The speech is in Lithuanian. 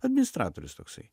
administratorius toksai